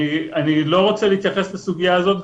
אני לא רוצה להתייחס לסוגיה הזאת,